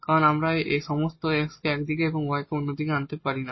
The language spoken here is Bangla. কারণ আমরা এই সমস্ত x কে একদিকে এবং y অন্য দিকে আনতে পারি না